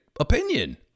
opinion